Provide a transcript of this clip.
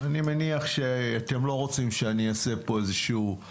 אני מניח שאתם לא רוצים שאני אעשה פה טוטו-לוטו